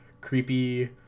creepy